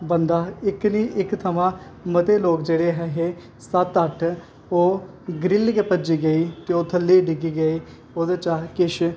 बंदा इक्क बी इक्क थमां मते लोग जेह्ड़े ऐहे सत्त अट्ठ ओह् ग्रिल गै भज्जी गेई ते ओह् थल्लै डि'ग्गी पे ते ओह्दे चा किश